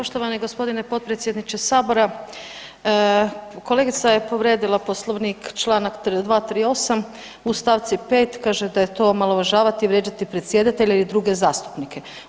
Poštovani gospodine potpredsjedniče sabora kolegica je povrijedila Poslovnik, Članak 238. u stavci 5. kaže da je to omalovažavati i vrijeđati predsjedatelja ili druge zastupnike.